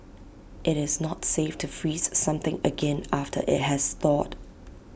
IT is not safe to freeze something again after IT has thawed